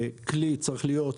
כלי צריך להיות